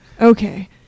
okay